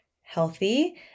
healthy